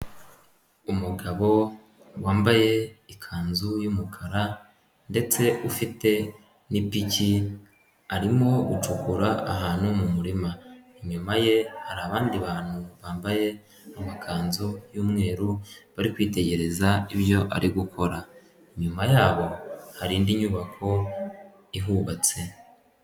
Umugabo wambaye ikanzu y'umukara ndetse ufite n'ipiki arimo gucukura ahantu mu murima inyuma ye hari abandi bantu bambaye amakanzu y'umweru bari kwitegereza ibyo ari gukora inyuma yabo hari indi nyubako ihubatse.